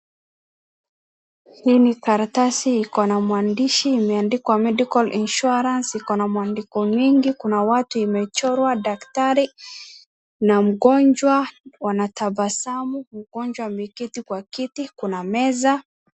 Hii karatasi iko na mwandishi imeandikwa Medical Insurance . Iko na mwandiko mwingi kuna watu imechorwa daktari na mgonjwa wanatabasamu mgonjwa ameketi kwa kiti kuna meza.